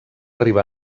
riba